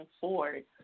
forward